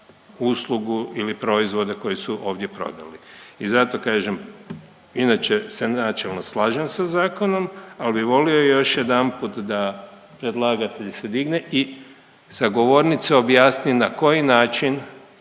uslugu ili proizvode koje su ovdje prodali i zato kažem, inače se načelno slažem sa zakonom, ali bi volio još jedanput da predlagatelj se digne i sa govornice objasni na koji način